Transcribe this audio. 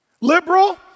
Liberal